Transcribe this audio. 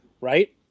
right